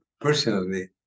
personally